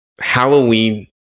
Halloween